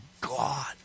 God